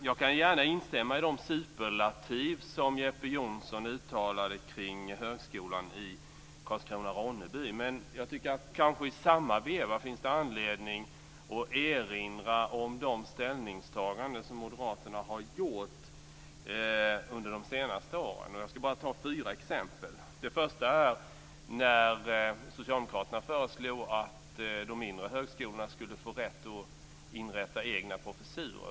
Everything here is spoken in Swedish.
Jag kan gärna instämma i de superlativ som Jeppe Johnsson uttalade om högskolan i Karlskrona/Ronneby, men jag tycker att det i samma veva finns anledning att erinra om de ställningstaganden som moderaterna har gjort under de senaste åren. Jag skall bara ta fyra exempel. Det första är när socialdemokraterna föreslog att de mindre högskolorna skulle få rätt att inrätta egna professurer.